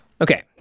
Okay